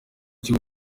cy’u